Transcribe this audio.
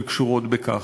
שקשורות בכך.